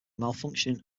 malfunctioning